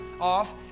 off